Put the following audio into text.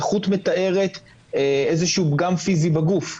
היא מתארת פגם פיזי בגוף.